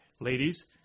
ladies